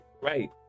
right